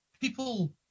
people